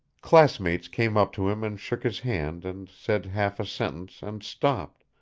classmates came up to him and shook his hand and said half a sentence and stopped,